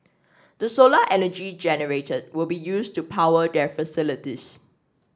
the solar energy generated will be used to power their facilities